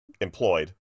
employed